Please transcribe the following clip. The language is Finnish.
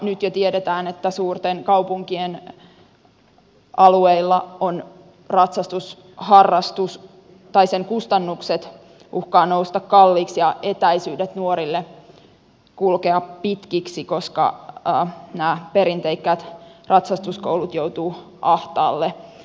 nyt jo tiedetään että suurten kaupunkien alueilla ratsastusharrastuksen kustannukset uhkaavat nousta kalliiksi ja etäisyydet nuorille kulkea uhkaavat tulla pitkiksi koska nämä perinteikkäät ratsastuskoulut joutuvat ahtaalle